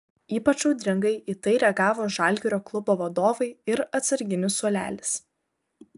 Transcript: ypač audringai į tai reagavo žalgirio klubo vadovai ir atsarginių suolelis